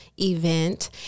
event